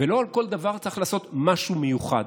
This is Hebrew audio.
ולא על כל דבר צריך לעשות משהו מיוחד.